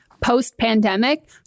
post-pandemic